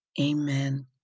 Amen